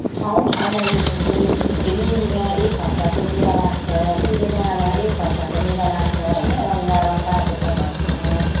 ठाउँ ठाउँमा यो जस्तै रेलीमा एक हप्ताको मेला लाग्छ पुजे डाँडामा एक हप्ताको मेला लाग्छ होइन रङ्गारङ्ग कार्यक्रमहरूसँग